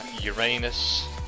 Uranus